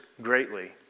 greatly